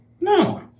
No